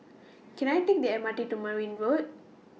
Can I Take The M R T to Merryn Road